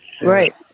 right